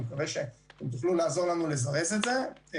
אני מקווה שתוכלו לעזור לנו לזרז את זה.